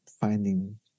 finding